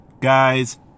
guys